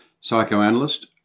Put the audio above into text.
psychoanalyst